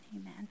amen